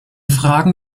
fragen